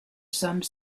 some